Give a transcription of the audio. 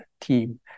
team